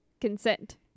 Consent